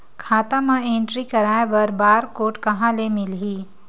खाता म एंट्री कराय बर बार कोड कहां ले मिलही?